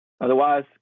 otherwise